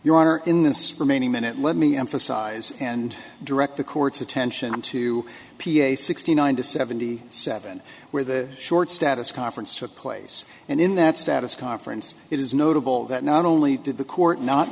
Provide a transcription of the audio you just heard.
honor in this remaining minute let me emphasize and direct the court's attention to p a sixty nine to seventy seven where the short status conference took place and in that status conference it is notable that not only did the court not